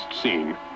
Scene